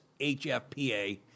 HFPA